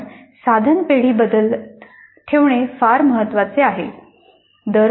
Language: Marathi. आपण साधन पेढी बदलती ठेवणे फार महत्वाचे आहे